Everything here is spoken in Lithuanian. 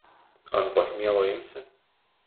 ant pachmielo imsi